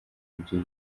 ibyo